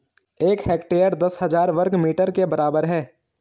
एक हेक्टेयर दस हजार वर्ग मीटर के बराबर है